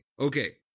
Okay